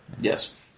Yes